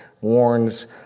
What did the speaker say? warns